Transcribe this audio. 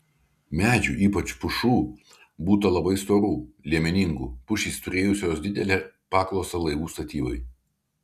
medžių ypač pušų būta labai storų liemeningų pušys turėjusios didelę paklausą laivų statybai